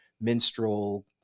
minstrel